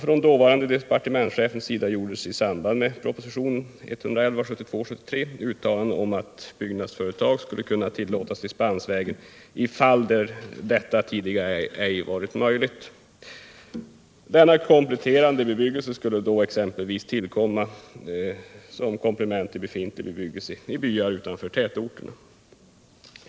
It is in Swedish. Från dåvarande departementschefen gjordes i samband med propositionen 111 år 1972 uttalanden att byggnadsföretag skulle kunna tillåtas dispensvägen i fall där detta tidigare ej varit möjligt. Denna kompletterande bebyggelse skulle då exempelvis tillkomma som komplement till befintlig bebyggelse i byar utanför tätorterna.